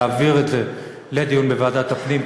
להעביר את זה לדיון בוועדת הפנים,